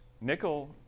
nickel